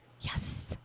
Yes